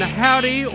howdy